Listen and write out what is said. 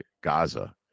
Gaza